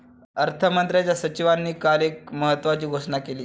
अर्थमंत्र्यांच्या सचिवांनी काल एक महत्त्वाची घोषणा केली